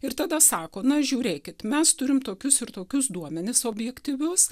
ir tada sako na žiūrėkit mes turim tokius ir tokius duomenis objektyvius